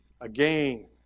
Again